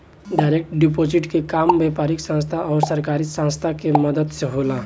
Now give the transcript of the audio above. direct deposit के काम व्यापारिक संस्था आउर सरकारी संस्था के मदद से होला